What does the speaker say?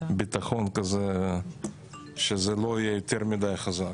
ביטחון כזה שזה לא יהיה יותר מדי חזק.